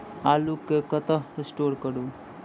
आलु केँ कतह स्टोर करू?